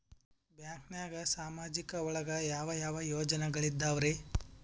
ಬ್ಯಾಂಕ್ನಾಗ ಸಾಮಾಜಿಕ ಒಳಗ ಯಾವ ಯಾವ ಯೋಜನೆಗಳಿದ್ದಾವ್ರಿ?